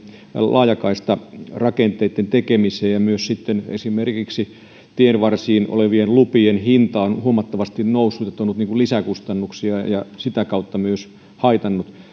laajakaistarakenteitten tekemiseen myös sitten esimerkiksi tienvarsiin olevien lupien hinta on huomattavasti noussut ja tuonut lisäkustannuksia ja sitä kautta myös haitannut